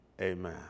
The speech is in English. amen